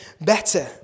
better